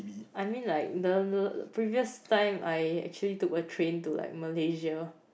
I mean like the previous time I actually took a train to like Malaysia